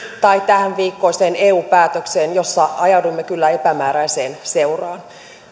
tai tämänviikkoiseen eu päätökseen jossa ajauduimme kyllä epämääräiseen seuraan